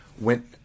went